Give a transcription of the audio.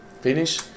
finish